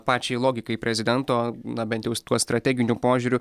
pačiai logikai prezidento na bent jau tuo strateginiu požiūriu